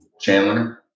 Chandler